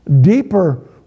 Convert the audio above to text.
deeper